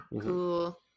Cool